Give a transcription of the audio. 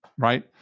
Right